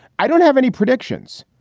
i don't have any predictions.